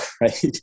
right